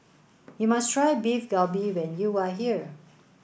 you must try Beef Galbi when you are here